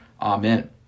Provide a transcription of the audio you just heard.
Amen